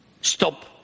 stop